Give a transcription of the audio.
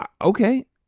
Okay